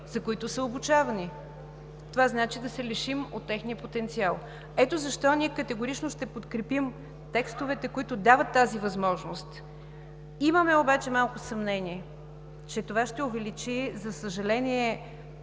за които са обучавани?! Това значи да се лишим от техния потенциал. Ето защо ние категорично ще подкрепим текстовете, които дават тази възможност. Имаме обаче малко съмнение, че това ще увеличи, за съжаление,